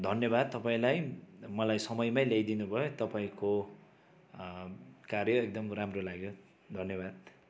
धन्यवाद तपाईँलाई मलाई समयमाइ ल्याइदिनुभयो तपाईँको कार्य एकदम राम्रो लाग्यो धन्यवाद